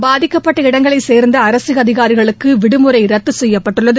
பாதிக்கப்பட்ட இடங்களைச் சேர்ந்த அரசு அதிகாரிகளுக்கு விடுமுறை ரத்து செய்யப்பட்டுள்ளது